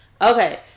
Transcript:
Okay